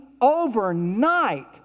overnight